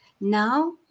Now